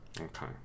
Okay